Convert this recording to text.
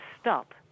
stop